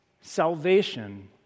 salvation